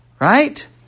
right